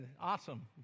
awesome